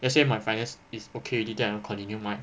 let's say my finest is okay already then I will continue mine